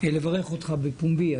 לברך אותך בפומבי.